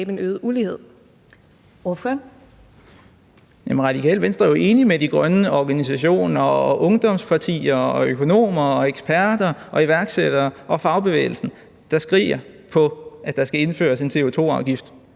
Kidde (RV): Jamen Radikale Venstre er jo enige med de grønne organisationer og ungdomspartier og økonomer og eksperter og iværksættere og fagbevægelsen, der skriger på, at der skal indføres en CO2-afgift,